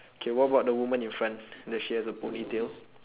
K what about the woman in front does she has a ponytail